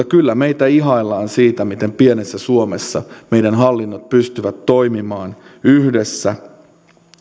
kyllä meitä ihaillaan siitä miten pienessä suomessa hallinnot pystyvät toimimaan yhdessä